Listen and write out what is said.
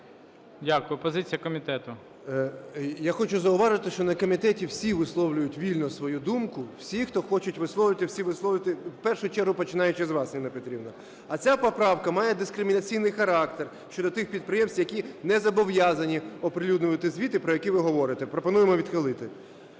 Я хочу зауважити, що на комітеті всі висловлюють вільно свою думку, всі, хто хочуть висловлювати, всі висловлюють, в першу чергу починаючи з вас, Ніна Петрівна. А ця поправка має дискримінаційний характер щодо тих підприємств, які не зобов'язані оприлюднювати звіти, про які ви говорите. Пропонуємо відхилити.